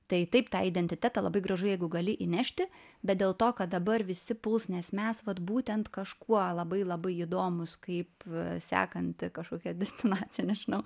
tai taip tą identitetą labai gražu jeigu gali įnešti bet dėl to kad dabar visi puls nes mes vat būtent kažkuo labai labai įdomūs kaip sekanti kažkokia destinacija nežinau